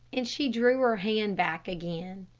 and she drew her hand back again.